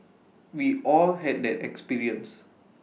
we all had that experience